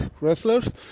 wrestlers